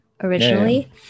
originally